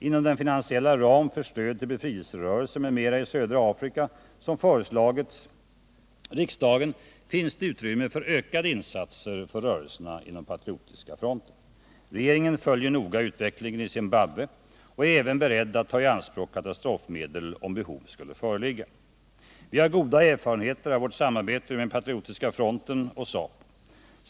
Inom den finansiella ram för stöd till befrielserörelser m.m. i södra Afrika som föreslagits riksdagen finns det utrymme för ökade insatser för rörelserna inom Patriotiska fronten. Regeringen följer noga utvecklingen i Zimbabwe och är även beredd att ta i anspråk katastrofmedel om behov skulle föreligga. Vi har goda erfarenheter av vårt samarbete med Patriotiska fronten och ZAPU.